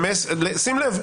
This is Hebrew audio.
שים לב,